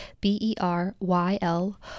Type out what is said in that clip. B-E-R-Y-L